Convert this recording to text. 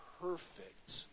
perfect